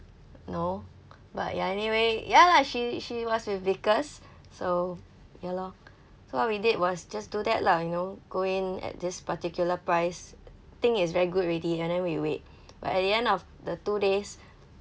no but ya anyway ya lah she she was with vickers so ya lor so what we did was just do that lah you know go in at this particular price think is very good already and then we wait but at the end of the two days